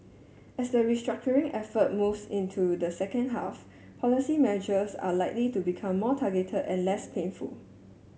as the restructuring effort moves into the second half policy measures are likely to become more targeted and less painful